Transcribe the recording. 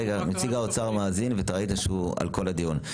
נציג האוצר מאזין ואתה ראית שהוא על כל הדיון.